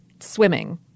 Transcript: Swimming